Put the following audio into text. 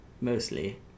mostly